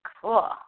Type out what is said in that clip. Cool